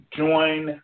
join